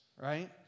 right